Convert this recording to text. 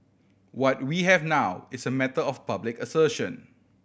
what we have now is a matter of public assertion